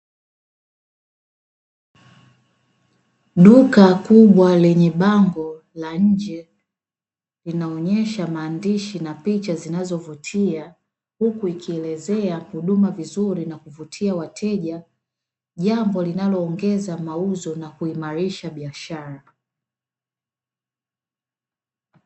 Duka kubwa lenye bango la nje linaonyesha maandishi na picha zinazovutia, huku ikielezea huduma vizuri na kuvutia wateja, jambo linaloongeza mauzo na kuimarisha biashara.